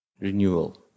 Renewal